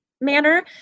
manner